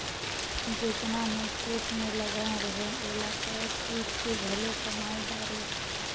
जेतना मैं खेत मे लगाए रहें ओला कायट कुइट के घलो कमाय डारें